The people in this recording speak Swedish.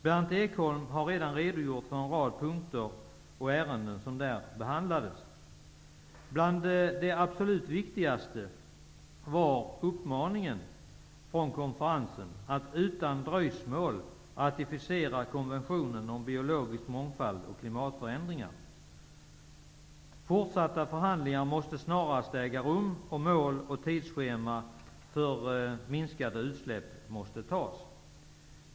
Berndt Ekholm har redan redogjort för en rad punkter och ärenden som där behandlades. Bland det absolut viktigaste var konferensens uppmaning till de olika regeringarna att utan dröjsmål ratificera konventionerna om biologisk mångfald och klimatförändringar. Fortsatta förhandlingar måste snarast äga rum och mål och tidsschema för minskade utsläpp måste fastställas.